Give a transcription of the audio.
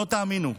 לא תאמינו,